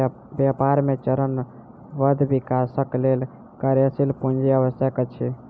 व्यापार मे चरणबद्ध विकासक लेल कार्यशील पूंजी आवश्यक अछि